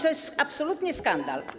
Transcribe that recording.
To jest absolutnie skandal.